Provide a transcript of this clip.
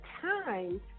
time